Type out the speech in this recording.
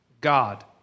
God